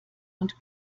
und